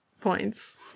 points